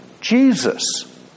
Jesus